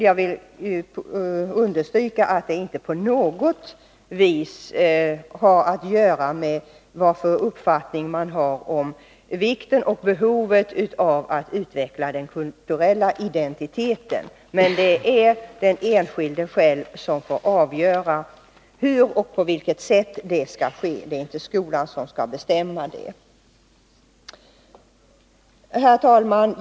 Jag vill understryka att det inte på något vis har att göra med vilken uppfattning man har när det gäller vikten och behovet av att utveckla den kulturella identiteten. Men den enskilde får själv avgöra om och på vilket sätt det skall ske. Det är inte skolan som skall bestämma det. Herr talman!